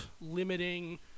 limiting